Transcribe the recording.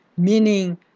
meaning